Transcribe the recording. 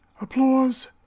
Applause